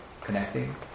connecting